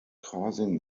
causing